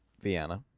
vienna